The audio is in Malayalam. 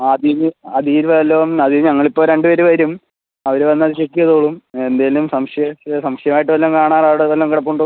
അതിന് അതിൽ വല്ലതും അതിന് ഞങ്ങൾ ഇപ്പോൾ രണ്ട് പേർ വരും അവർ വന്ന് അത് ചെക്ക് ചെയ്തോളും എന്തെങ്കിലും സംശയം സംശയം ആയിട്ട് വല്ലതും കാണാൻ അവിടെ വല്ലതും കിടപ്പുണ്ടോ